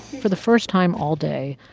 for the first time all day,